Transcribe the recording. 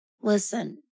Listen